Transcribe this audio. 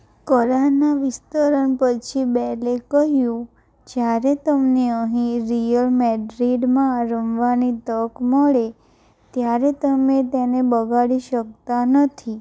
કરારનાં વિસ્તરણ પછી બેલે કહ્યું જ્યારે તમને અહીં રીઅલ મેડ્રિડમાં રમવાની તક મળે ત્યારે તમે તેને બગાડી શકતા નથી